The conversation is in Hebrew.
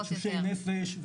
ולתשושי נפש,